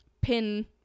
pin